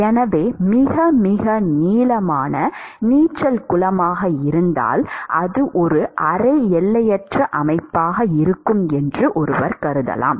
எனவே மிக மிக நீளமான நீச்சல் குளமாக இருந்தால் அது ஒரு அரை எல்லையற்ற அமைப்பாக இருக்கும் என்று ஒருவர் கருதலாம்